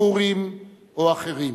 סורים או אחרים.